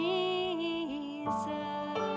Jesus